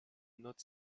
not